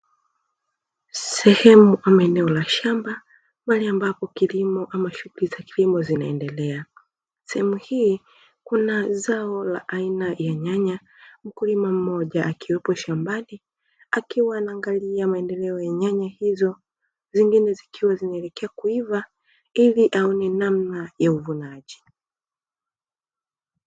Sehemu kubwa ya eneo la shamba mahali ambapo kilimo au shughuli za kilimo zinaendelea. Sehemu hii kuna zao la aina ya nyanya, mkulima mmoja akiwepo shambani akiwa anaangalia maendeleo ya nyanya hizo, zingine zikiwa zinaendelea kuiva ili aone namna ya uvunaji.